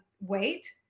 weight